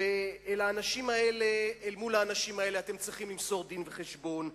ולאנשים האלה אתם צריכים למסור דין-וחשבון,